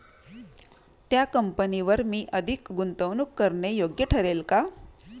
त्या कंपनीवर मी अधिक गुंतवणूक करणे योग्य ठरेल का?